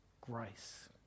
grace